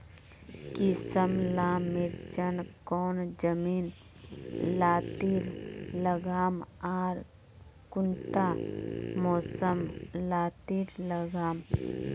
किसम ला मिर्चन कौन जमीन लात्तिर लगाम आर कुंटा मौसम लात्तिर लगाम?